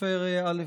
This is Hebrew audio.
הסופר א.